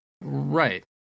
Right